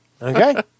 Okay